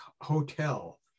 Hotel